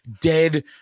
dead